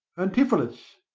antipholus,